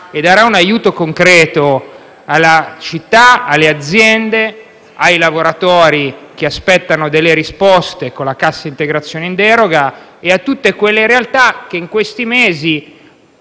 darà un aiuto concreto alla città, alle aziende, ai lavoratori che aspettano delle risposte con la cassa integrazione in deroga e a tutte quelle realtà che in questi mesi,